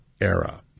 era